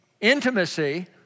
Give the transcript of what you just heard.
intimacy